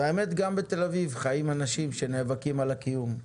והאמת, גם בתל אביב חיים אנשים שנאבקים על הקיום.